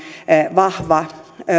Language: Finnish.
vahva